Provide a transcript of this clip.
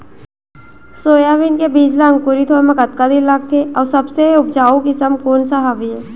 Soybean के बीज ला अंकुरित होय म कतका दिन लगथे, अऊ सबले उपजाऊ किसम कोन सा हवये?